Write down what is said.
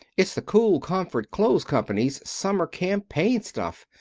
it's the kool komfort klothes company's summer campaign stuff.